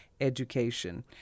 Education